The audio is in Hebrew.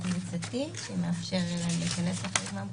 קבוצתי שמאפשר להם להיכנס לחלק מהמקומות.